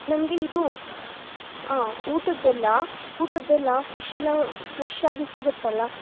ನಮಗೆ ಇದು ಊಟದ್ದೆಲ್ಲ ಊಟದ್ದೆಲ್ಲ ಫಿಶ್ ಎಲ್ಲ ಫ್ರೆಶ್ ಆಗಿ ಸಿಗುತ್ತಲ್ಲ